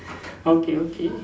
okay okay